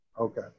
Okay